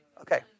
Okay